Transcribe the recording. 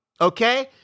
Okay